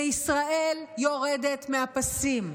וישראל יורדת מהפסים.